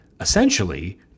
essentially